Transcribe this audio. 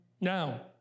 Now